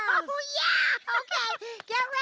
um oh yeah! okay get